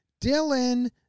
Dylan